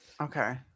Okay